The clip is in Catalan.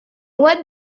web